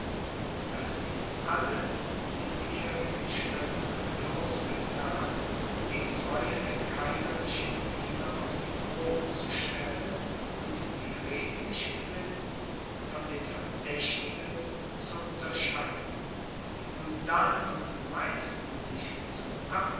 daß sie alle bisherigen schritte bloß gethan die treue der kaiserlichen diener auf die probe zu stellen und die redlichgesinnten von den verdächtigen zu unterscheiden und da nun die meisten sich zum